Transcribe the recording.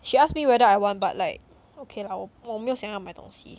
she ask me whether I want but like okay lah 我我没有想要买东西